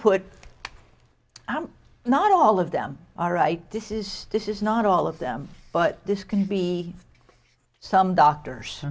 put i'm not all of them are right this is this is not all of them but this can be some doctors